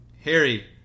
Harry